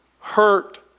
hurt